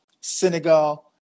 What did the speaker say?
Senegal